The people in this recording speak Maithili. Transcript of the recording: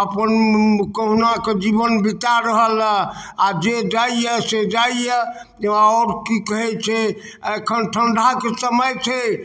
अपन कहुनाके जीवन बीता रहल यऽ आ जे जाइया से जाइया आओर की कहैत छै एखन ठंडाके समय छै